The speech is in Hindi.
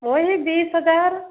वही बीस हज़ार